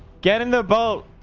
get in the boat